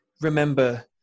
remember